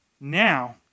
Now